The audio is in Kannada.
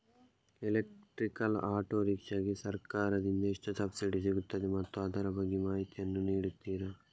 ಎಲೆಕ್ಟ್ರಿಕಲ್ ಆಟೋ ರಿಕ್ಷಾ ಗೆ ಸರ್ಕಾರ ದಿಂದ ಎಷ್ಟು ಸಬ್ಸಿಡಿ ಸಿಗುತ್ತದೆ ಮತ್ತು ಅದರ ಬಗ್ಗೆ ಮಾಹಿತಿ ಯನ್ನು ನೀಡುತೀರಾ?